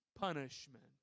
punishment